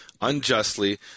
unjustly